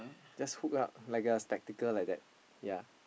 just hook up like a spectacle like that ya